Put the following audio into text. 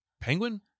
Penguin